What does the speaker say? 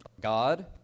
God